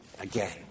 again